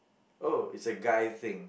oh it's a guy thing